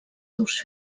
seus